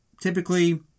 typically